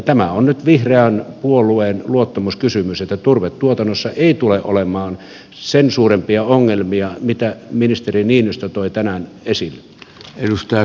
tämä on nyt vihreän puolueen luottamuskysymys että turvetuotannossa ei tule olemaan sen suurempia ongelmia kuin mitä ministeri niinistö toi tänään esille